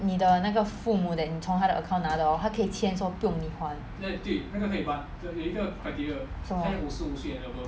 你的那个父母 that 你从他的 account 拿的 hor 她可以签说不用你还什么